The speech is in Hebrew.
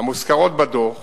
המוזכרות בדוח